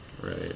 Right